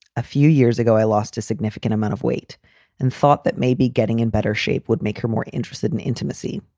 a few years ago, i lost a significant amount weight and thought that maybe getting in better shape would make her more interested in intimacy.